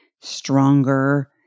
stronger